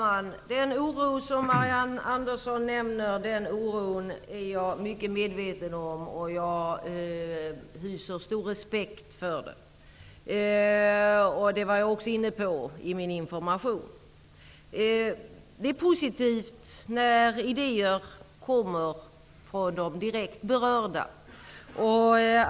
Herr talman! Den oro som Marianne Andersson nämner är jag mycket medveten om. Jag hyser stor respekt för den. Det var jag också inne på i min information. Det är positivt när idéer kommer från de direkt berörda.